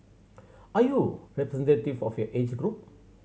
are you representative of your age group